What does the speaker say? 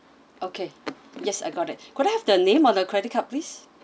okay yes I got it could I have the name of the credit card please